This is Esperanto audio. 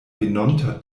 venonta